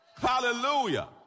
Hallelujah